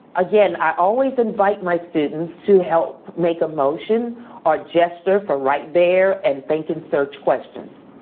again, i always invite my students to help make a motion or gesture for right there and think and search questions.